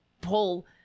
pull